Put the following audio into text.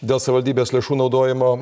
dėl savivaldybės lėšų naudojimo